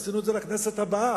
עשינו את זה לכנסת הבאה.